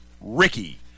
Ricky